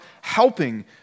helping